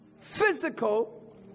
physical